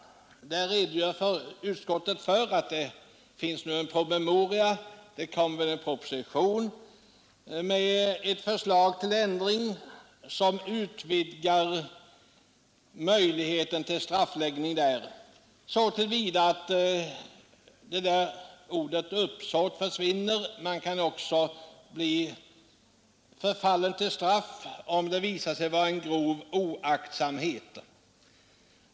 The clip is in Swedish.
På den punkten redovisar utskottet att det finns en promemoria och att det kommer en proposition med förslag om ändring, som utvidgar möjligheten till bestraffning så till vida att ordet ”uppsåt” försvinner. Man kan också bli förfallen till straff om det visar sig vara en grov oaktsamhet.